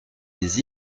des